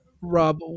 Rob